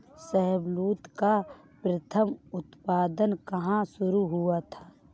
शाहबलूत का प्रथम उत्पादन कहां शुरू हुआ था?